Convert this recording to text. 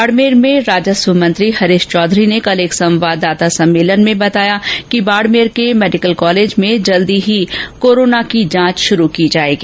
बाडमेर में राजस्व मंत्री हरीश चौधरी ने कल एक संवाददाता सम्मेलन में बताया कि बाडमेर के मेडिकल कॉलेज में जल्द ही कोरोना की जांच शुरू कर दी जाएगी